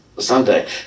Sunday